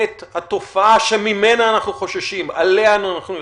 את התופעה שממנה אנחנו חוששים, עליה אנחנו נלחמים,